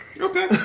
Okay